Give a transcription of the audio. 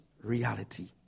Reality